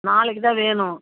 நாளைக்கு தான் வேணும்